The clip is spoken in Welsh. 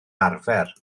arfer